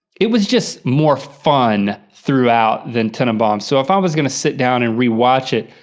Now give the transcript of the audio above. it was just more fun throughout than tenenbaums so if i was gonna sit down and rewatch it,